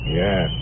yes